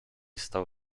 stał